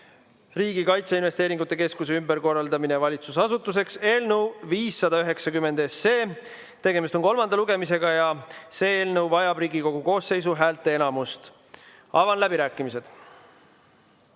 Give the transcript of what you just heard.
(Riigi Kaitseinvesteeringute Keskuse ümberkorraldamine valitsusasutuseks) eelnõu 590. Tegemist on kolmanda lugemisega ja see eelnõu vajab Riigikogu koosseisu häälteenamust. Avan läbirääkimised.